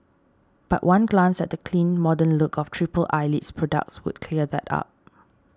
but one glance at the clean modern look of Triple Eyelid's products would clear that up